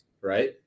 Right